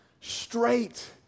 straight